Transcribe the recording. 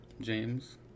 James